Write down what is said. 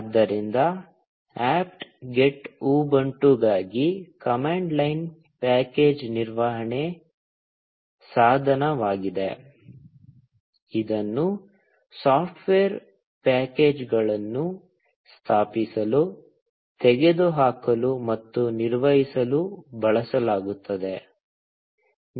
ಆದ್ದರಿಂದ apt get ಉಬುಂಟುಗಾಗಿ command line package ನಿರ್ವಹಣೆ ಸಾಧನವಾಗಿದೆ ಇದನ್ನು ಸಾಫ್ಟ್ವೇರ್ ಪ್ಯಾಕೇಜ್ಗಳನ್ನು ಸ್ಥಾಪಿಸಲು ತೆಗೆದುಹಾಕಲು ಮತ್ತು ನಿರ್ವಹಿಸಲು ಬಳಸಲಾಗುತ್ತದೆ